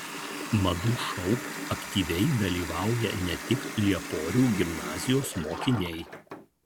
madų šou aktyviai dalyvauja ne tik lieporių gimnazijos mokiniai